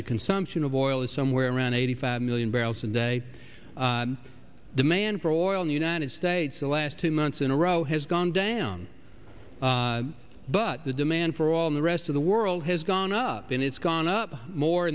the consumption of oil is somewhere around eighty five million barrels a day demand for oil in the united states the last two months in a row has gone down but the demand for all the rest of the world has gone up and it's gone up more